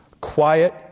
quiet